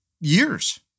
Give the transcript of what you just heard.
years